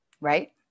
Right